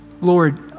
Lord